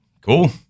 cool